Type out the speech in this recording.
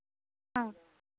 ஆ